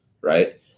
Right